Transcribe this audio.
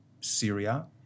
Syria